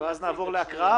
ואז נעבור להקראה.